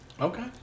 Okay